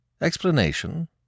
Explanation